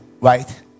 right